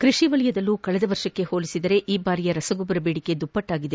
ಕೃಷಿ ವಲಯದಲ್ಲೂ ಕಳೆದ ವರ್ಷಕ್ಕೆ ಹೋಲಿಸಿದರೆ ಈ ಬಾರಿಯ ರಸಗೊಬ್ಬರ ಬೇಡಿಕೆ ದುಪ್ಪಟ್ಟಾಗಿದೆ